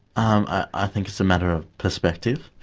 um i think it's a matter of perspective.